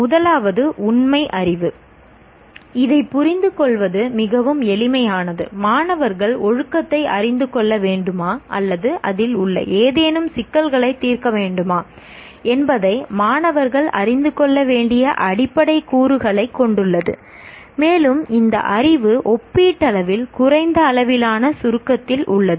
முதலாவது உண்மை அறிவு இதை புரிந்து கொள்வது மிகவும் எளிமையானது மாணவர்கள் ஒழுக்கத்தை அறிந்து கொள்ள வேண்டுமா அல்லது அதில் உள்ள ஏதேனும் சிக்கல்களைத் தீர்க்க வேண்டுமா என்பதை மாணவர்கள் அறிந்து கொள்ள வேண்டிய அடிப்படைக் கூறுகளைக் கொண்டுள்ளது மேலும் இந்த அறிவு ஒப்பீட்டளவில் குறைந்த அளவிலான சுருக்கத்தில் உள்ளது